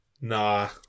Nah